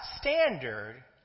standard